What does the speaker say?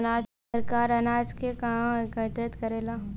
सरकार अनाज के कहवा एकत्रित करेला?